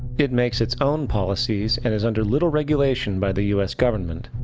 it makes its own policies, and is under little regulation by the us government.